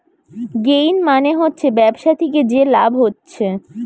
gain মানে হচ্ছে ব্যবসা থিকে যে লাভ হচ্ছে